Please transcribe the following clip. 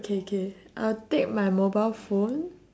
okay K I'll take my mobile phone